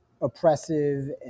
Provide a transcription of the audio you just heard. oppressive